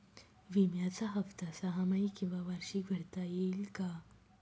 विम्याचा हफ्ता सहामाही किंवा वार्षिक भरता येईल का?